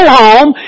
home